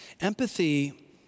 Empathy